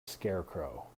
scarecrow